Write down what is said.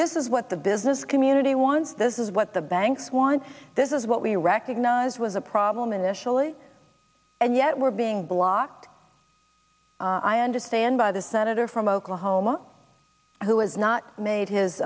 this is what the business community wants this is what the banks want this is what we recognize was a problem initially and yet we're being blocked i understand by the senator from oklahoma who has not made